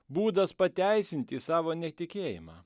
būdas pateisinti savo netikėjimą